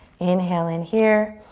inhale in here.